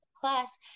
class